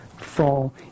fall